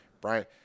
Brian –